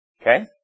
Okay